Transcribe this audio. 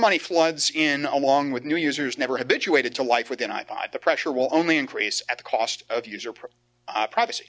money floods in along with new users never habituated to life within ipod the pressure will only increase at the cost of user privacy